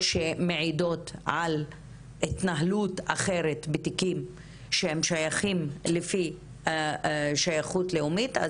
שמעידות על התנהלות אחרת בתיקים ששייכים לפי שייכות לאומית,